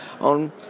on